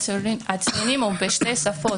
גיליון הציונים בוא בשתי שפות,